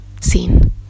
Scene